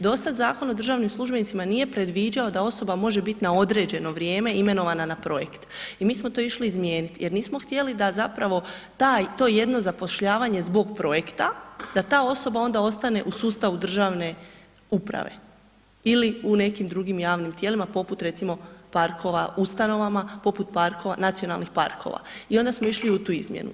Do sada Zakon o državnim službenicima nije predviđao da osoba može biti na određeno vrijeme imenovana na projekt i mi smo to išli izmijeniti jer nismo htjeli da to jedno zapošljavanje zbog projekta da ta osoba onda ostane u sustavu državne uprave ili u nekim drugim javnim tijelima, poput recimo ustanovama poput nacionalnih parkova i onda smo išli u tu izmjenu.